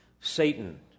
Satan